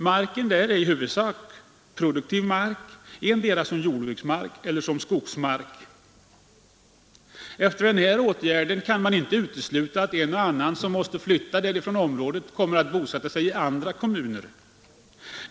Marken där är i huvudsak produktiv mark, antingen som jordbruksmark eller som skogsmark. Efter den här åtgärden kan man inte utesluta att en och annan, som måste flyttas från området, kommer att bosätta sig i annan kommun.